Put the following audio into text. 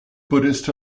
buddhist